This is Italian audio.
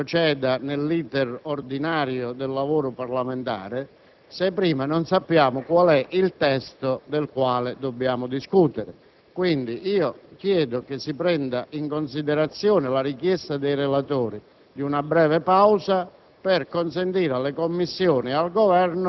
signor Presidente, è inutile, a mio avviso, procedere nell'*iter* ordinario dei lavori parlamentari se prima non sappiamo qual è il testo del quale dobbiamo discutere. Chiedo dunque che si prenda in considerazione la richiesta dei relatori